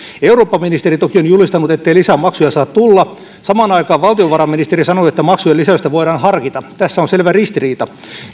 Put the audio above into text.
eurooppaministeri toki on julistanut ettei lisää maksuja saa tulla samaan aikaan valtiovarainministeri sanoi että maksujen lisäystä voidaan harkita tässä on selvä ristiriita